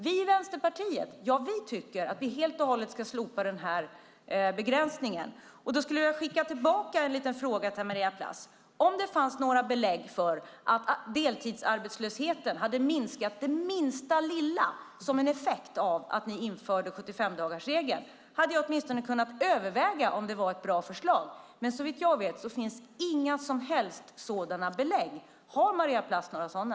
Vi i Vänsterpartiet tycker att vi helt och hållet ska slopa den begränsningen. Jag vill ställa en liten fråga till Maria Plass. Om det hade funnits några belägg för att deltidsarbetslösheten minskat det minsta lilla som en effekt av att ni införde 75-dagarsregeln hade jag åtminstone kunnat överväga om det var ett bra förslag, men såvitt jag vet finns det inga som helst sådana belägg. Har Maria Plass några sådana?